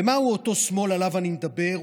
ומהו אותו שמאל שעליו אני מדבר?